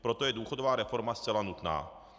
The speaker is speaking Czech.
Proto je důchodová reforma zcela nutná.